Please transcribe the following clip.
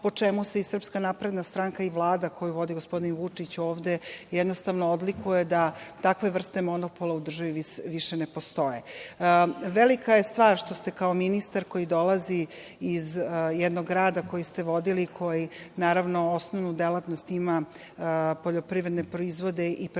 po čemu se i SNS i Vlada koju vodi gospodin Vučić jednostavno odlikuje, da takve vrste monopola u državi više ne postoje. Velika je stvar što ste kao ministar koji dolazi iz jednog grada koji ste vodili i koji, naravno, osnovnu delatnost ima poljoprivredne proizvode i prerađivačku